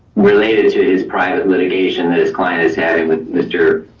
related to his private litigation that his client has had and with mr.